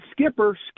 skipper